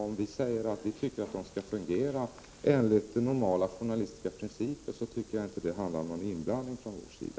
Om vi säger att vi anser att de skall fungera enligt normala journalistiska principer, tycker jag inte att det är fråga om någon inblandning från vår sida.